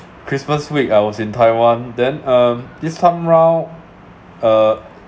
christmas week I was in taiwan then um this time round uh